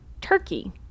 Turkey